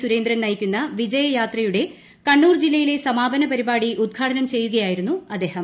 സുരേന്ദ്രൻ നയിക്കുന്ന വിജയ യാത്രയുടെ കണ്ണൂർ ജില്ലയിലെ സമാപന പരിപാടി ഉദ്ഘാടനം ചെയ്യുകയായിരുന്നു അദ്ദേഹം